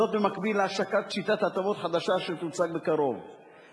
זאת במקביל להשקת שיטת הטבות חדשה שתוצג בקרוב,